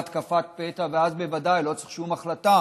התקפת פתע ואז בוודאי לא צריך שום החלטה,